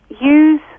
use